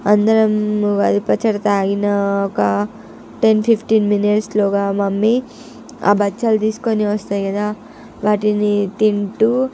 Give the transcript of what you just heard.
అందరము ఉగాది పచ్చడి త్రాగిన ఒక టెన్ ఫిఫ్టీన్ మినిట్స్ లోగా మమ్మీ ఆ బచ్చాలు తీసుకొని వస్తుంది కదా వాటిని తింటూ